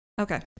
Okay